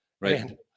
Right